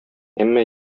әмма